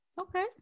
okay